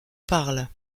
parle